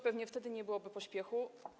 Pewnie wtedy nie byłoby pośpiechu.